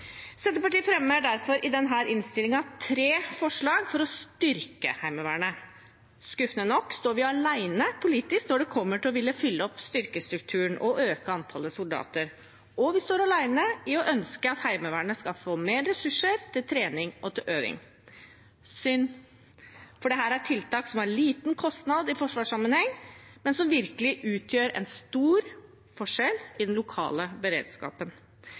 Senterpartiet fremmer derfor i denne innstillingen tre forslag for å styrke Heimevernet. Skuffende nok står vi alene politisk når det gjelder å ville fylle opp styrkestrukturen og øke antallet soldater, og vi står alene i å ønske at Heimevernet skal få mer ressurser til trening og øving. Det er synd, for dette er tiltak som har liten kostnad i forsvarssammenheng, men som virkelig utgjør en stor forskjell i den lokale beredskapen.